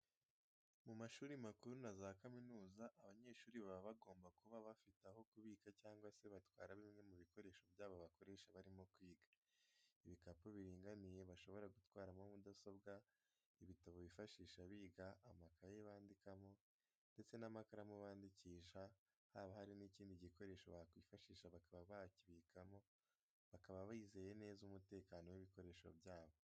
Mu mashuri makuru za kaminuza, abanyeshuri baba bagomba kuba bafite aho babika cyangwa se batwara bimwe mu bikoresho byabo bakoresha barimo kwiga. Ibikapu biringaniye bashobora gutwaramo mudasobwa, ibitabo bifashisha biga, amakaye bandikamo ndetse n'amakaramu bandikisha, haba hari n'ikindi gikoresho bakwifashisha bakaba bakibikamo bakaba bizeye neza umutekano w'ibikoresho byabo.